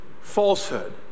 falsehood